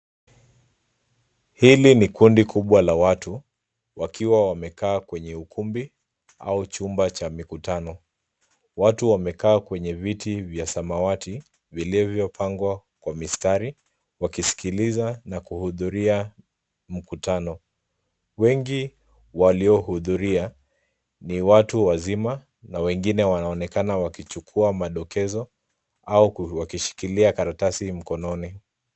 Hili ni kundi kubwa la watu wakiwa wamekaa kwenye ukumbi au chumba cha mikutano. Watu wamekaa kwenye viti vya samawati vilivyopangwa kwa mistari. Wakisikiliza na kuhudhuria mkutano. Wengi waliohudhuria ni watu wazima na wengine wanaonekana wakichukua madokezo au ku, wakishikilia karatasi mkononi.